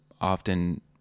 often